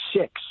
six